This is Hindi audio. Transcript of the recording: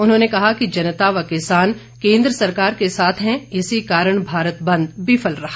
उन्होंने कहा कि जनता व किसान केन्द्र सरकार के साथ हैं इसी कारण भारत बंद विफल रहा